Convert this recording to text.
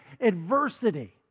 adversity